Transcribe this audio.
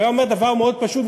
הוא היה אומר דבר מאוד פשוט,